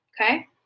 okay